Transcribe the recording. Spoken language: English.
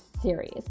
series